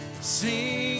Sing